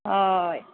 হয়